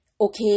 okay